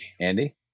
Andy